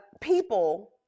people